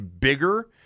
bigger